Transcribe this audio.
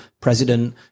president